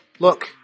Look